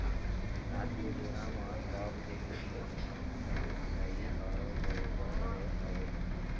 आज के बेरा म सब जिनिस मन म महगाई ह बरोबर बढ़े हवय